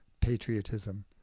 patriotism